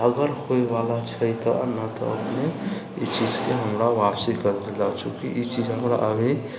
अगर होइवला छै तऽ नहि तऽ अपने ई चीजकेँ हमरा वापसी कऽ देल जाउ चुँकि ई चीज हमरा अभी